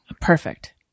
Perfect